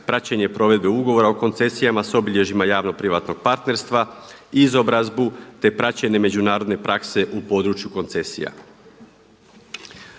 praćenje provedbe ugovora o koncesijama s obilježjima javno-privatnog partnerstva, izobrazbu, te praćenje međunarodne prakse u području koncesija.